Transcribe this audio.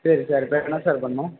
சரி சார் இப்போ என்ன சார் பண்ணும்